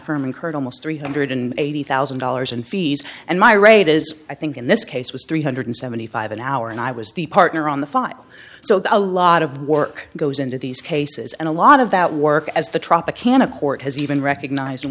firm incurred almost three hundred and eighty thousand dollars in fees and my rate is i think in this case was three one hundred and seventy five dollars an hour and i was the partner on the file so that a lot of work goes into these cases and a lot of that work as the tropicana court has even recognized